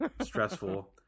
stressful